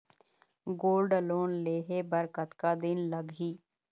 Gold loan लेहे बर कतका दिन लगही?